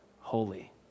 holy